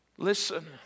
Listen